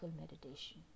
meditation